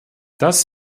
das